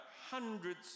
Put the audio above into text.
hundreds